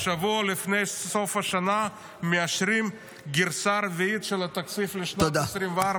שבוע לפני סוף השנה מאשרים גרסה רביעית של התקציב לשנת 2024,